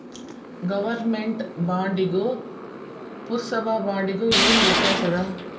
government ಬಾಂಡಿಗೂ ಪುರ್ಸಭಾ ಬಾಂಡಿಗು ಏನ್ ವ್ಯತ್ಯಾಸದ